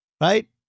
right